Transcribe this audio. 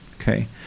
Okay